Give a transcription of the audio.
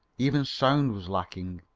even sound was lacking.